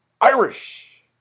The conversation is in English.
Irish